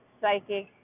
psychic